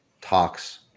talks